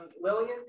Lillian